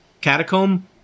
catacomb